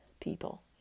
people